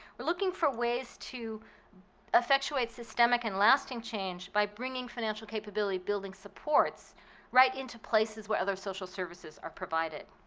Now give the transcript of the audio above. we're looking for ways to effectuate systemic and lasting change by bringing financial capability building so right into places where other social services are provided.